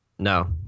No